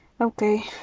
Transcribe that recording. Okay